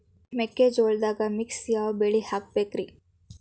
ಮೆಕ್ಕಿಜೋಳದಾಗಾ ಮಿಕ್ಸ್ ಯಾವ ಬೆಳಿ ಹಾಕಬೇಕ್ರಿ?